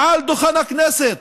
מעל דוכן הכנסת,